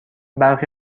برخی